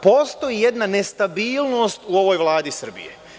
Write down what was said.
Postoji jedna nestabilnost u ovoj Vladi Srbije.